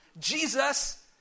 Jesus